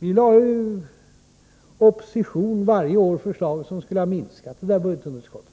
I oppositionsställning lade vi varje år fram förslag som skulle ha minskat detta budgetunderskott.